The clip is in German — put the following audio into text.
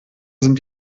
sind